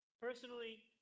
personally